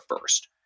first